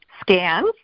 scans